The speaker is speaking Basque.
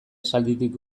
esalditik